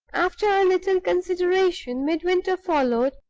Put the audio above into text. after a little consideration, midwinter followed,